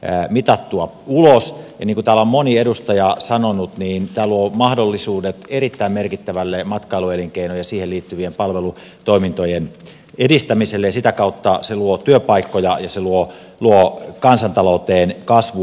ja niin kuin täällä on moni edustaja sanonut tämä luo mahdollisuudet erittäin merkittävälle matkailuelinkeinon ja siihen liittyvien palvelutoimintojen edistämiselle ja sitä kautta se luo työpaikkoja ja se luo kansantalouteen kasvua